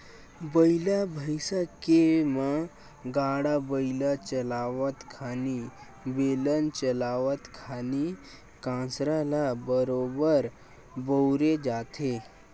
बइला भइसा के म गाड़ा बइला चलावत खानी, बेलन चलावत खानी कांसरा ल बरोबर बउरे जाथे